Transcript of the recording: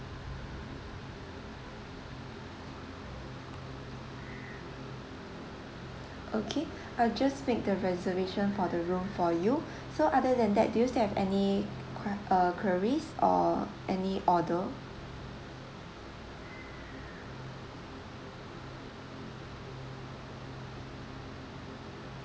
okay I'll just make the reservation for the room for you so other than that do you still have any que~ uh queries or any order